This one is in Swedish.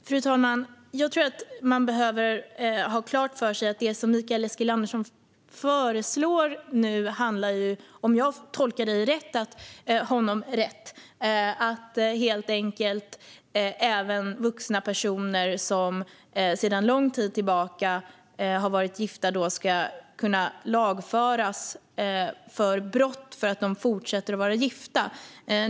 Fru talman! Jag tror att man behöver ha en sak klar för sig: Det som Mikael Eskilandersson nu föreslår - om jag tolkar honom rätt - handlar helt enkelt om att även vuxna personer som sedan lång tid tillbaka har varit gifta ska kunna lagföras för brott för att de fortsätter att vara gifta.